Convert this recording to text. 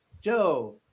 Joe